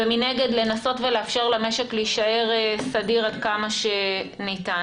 ומנגד לנסות לאפשר למשק להישאר סדיר עד כמה שניתן.